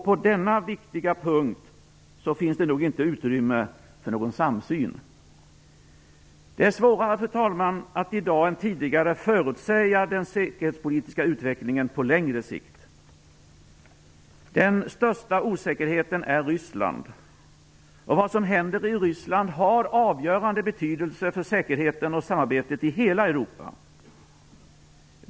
På denna viktiga punkt finns det nog inte utrymme för någon samsyn. Fru talman! I dag är det svårare än tidigare att förutsäga den säkerhetspolitiska utvecklingen på längre sikt. Den största osäkerheten är Ryssland. Det som händer i Ryssland har avgörande betydelse för säkerheten och samarbetet i hela Europa.